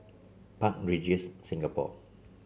Park Regis Singapore